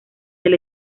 del